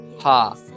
ha